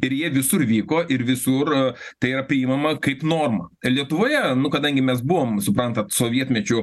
ir jie visur vyko ir visur tai yra priimama kaip norma lietuvoje nu kadangi mes buvom suprantat sovietmečiu